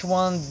one